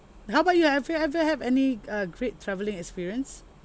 how about you have you ever have any uh great travelling experience